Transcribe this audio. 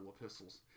epistles